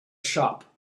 shop